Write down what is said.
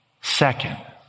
Second